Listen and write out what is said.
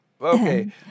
Okay